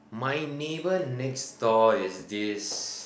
my neighbor next door is this